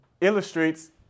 illustrates